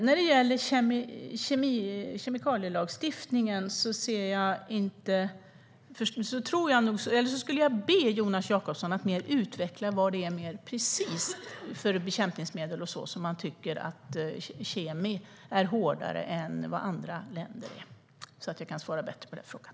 När det gäller kemikalielagstiftningen får jag be Jonas Jacobsson Gjörtler precisera vilka bekämpningsmedel han tycker att KemI är hårdare med än andra länder. Då kan jag svara bättre på frågan.